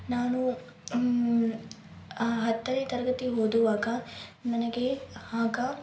ನಾನು ಹತ್ತನೇ ತರಗತಿ ಓದುವಾಗ ನನಗೆ ಆಗ